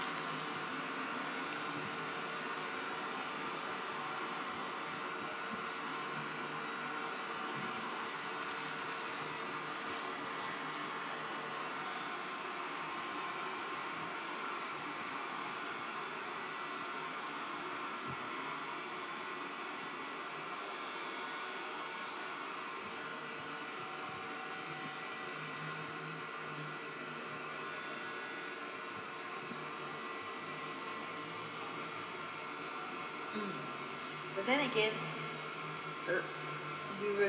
mm but then again you uh you were